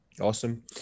Awesome